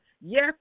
yes